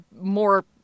more